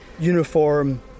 uniform